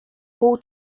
pół